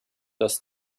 das